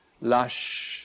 lush